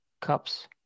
cups